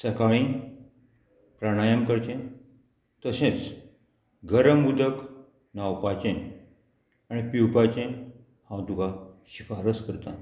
सकाळीं प्राणायम करचें तशेंच गरम उदक न्हावपाचें आनी पिवपाचें हांव तुका शिफारस करतां